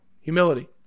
Humility